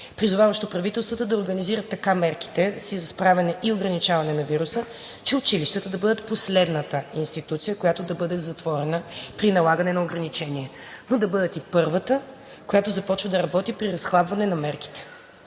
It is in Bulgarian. призоваващо правителствата да организират така мерките си за справяне и ограничаване на вируса, че училищата да бъдат последната институция, която да бъде затворена при налагане на ограничения, но да бъдат и първата, която започва да работи при разхлабване на мерките.